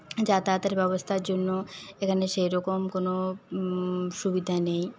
যাতায়াতের ব্যবস্থার জন্য এখানে সেইরকম কোনো সুবিধা নেই